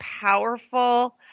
powerful